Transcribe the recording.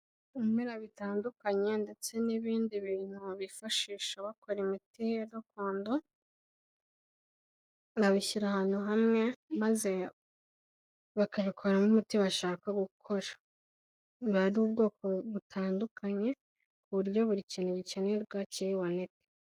Ibimera bitandukanye ndetse n'ibindi bintu bifashisha bakora imiti ya gakondo, babishyira ahantu hamwe, maze bakabikoramo umuti bashaka gukora, biba ari ubwoko butandukanye, ku buryo buri kintu gikenerwa kiri buboneke.